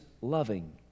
loving